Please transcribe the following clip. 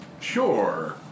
Sure